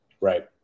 Right